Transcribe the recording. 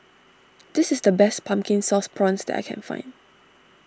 this is the best Pumpkin Sauce Prawns that I can find